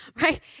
right